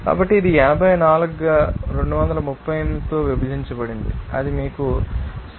కాబట్టి ఇది 84 గా 238 తో విభజించబడింది అది మీకు 0